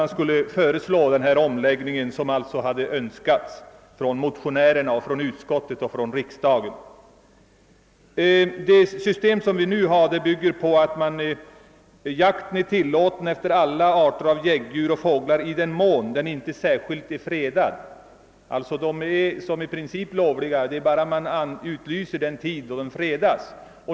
Man beslöt att föreslå en ändring i enlighet med önskemålen från motionärerna, utskottet och riksdagen. Det system som vi nu har bygger på att jakt efter alla arter av däggdjur och fåglar är tillåten i den mån de inte särskilt är fredade.